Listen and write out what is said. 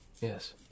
Yes